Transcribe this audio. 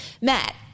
Matt